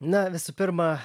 na visų pirma